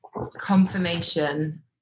confirmation